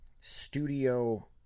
studio